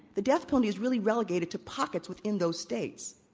the death penalty is really relegated to pockets within those states.